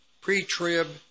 pre-trib